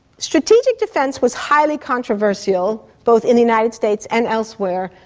strategic defence was highly controversial, both in the united states and elsewhere,